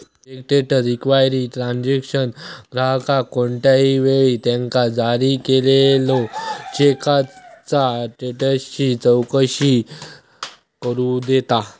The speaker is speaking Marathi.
चेक स्टेटस इन्क्वायरी ट्रान्झॅक्शन ग्राहकाक कोणत्याही वेळी त्यांका जारी केलेल्यो चेकचा स्टेटसची चौकशी करू देता